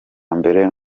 mbere